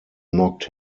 knocked